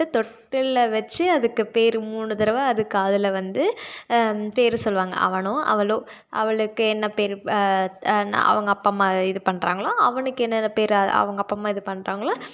தொட்டிலில் வச்சி அதுக்கு பேர் மூணு தடவ அது காதில் வந்து பேர் சொல்லுவாங்க அவனோ அவளோ அவளுக்கு என்ன பேர் அவங்க அப்பா அம்மா இது பண்றாங்களோ அவனுக்கு என்னனென்ன பேர் அவங்க அப்பா அம்மா இது பண்றாங்களோ